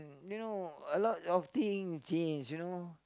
you know a lot of thing change you know